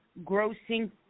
grossing